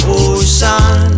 ocean